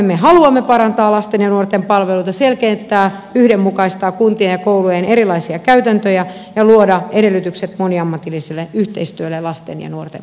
me haluamme parantaa lasten ja nuorten palveluita selkeyttää yhdenmukaistaa kuntien ja koulujen erilaisia käytäntöjä ja luoda edellytykset moniammatilliselle yhteistyölle lasten ja nuorten parhaaksi